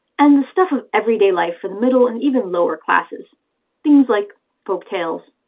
and the stuff of everyday life for the middle and even lower classes things like folktales,